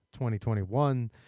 2021